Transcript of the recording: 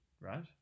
right